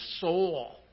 soul